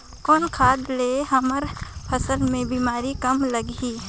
कौन खाद ले हमर फसल मे बीमारी कम लगही?